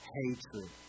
hatred